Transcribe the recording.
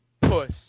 Puss